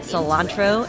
cilantro